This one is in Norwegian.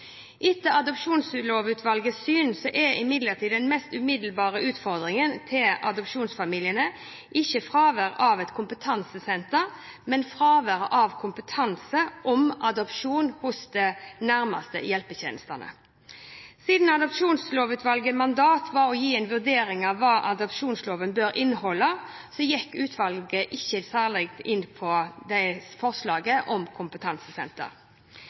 Etter Adopsjonslovutvalgets syn er imidlertid den mest umiddelbare utfordringen til adoptivfamiliene ikke fraværet av et kompetansesenter, men fraværet av kompetanse om adopsjon hos de nærmeste hjelpetjenestene. Siden Adopsjonslovutvalgets mandat var å gi en vurdering av hva adopsjonsloven bør inneholde, gikk utvalget ikke særlig inn på forslaget om kompetansesenter.